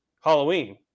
Halloween